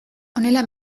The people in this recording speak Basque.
honela